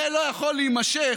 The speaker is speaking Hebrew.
זה לא יכול להימשך